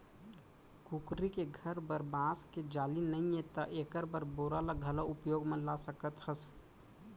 कुकरी के घर बर बांस के जाली नइये त एकर बर बोरा ल घलौ उपयोग म ला सकत हस